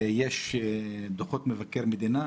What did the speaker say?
יש דוחות רבים של מבקר המדינה,